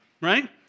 right